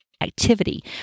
activity